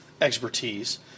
expertise